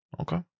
Okay